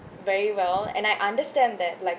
very well and I understand that like